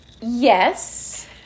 yes